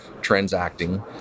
transacting